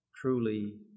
truly